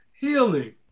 healing